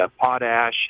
Potash